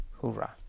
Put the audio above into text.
Hoorah